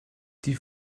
die